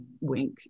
wink